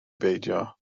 beidio